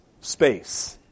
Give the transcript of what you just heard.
space